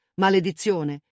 Maledizione